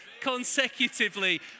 consecutively